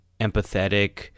empathetic